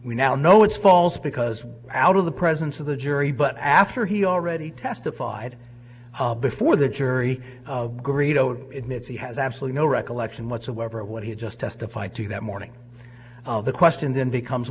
we now know it's false because out of the presence of the jury but after he already testified before the jury greedo to admits he has absolutely no recollection whatsoever of what he just testified to that morning the question then becomes